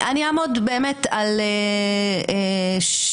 אני אעמוד על שתי